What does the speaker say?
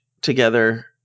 together